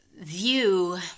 view